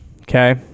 okay